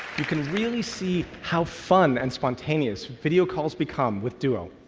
you can really see how fun and spontaneous video calls become with duo.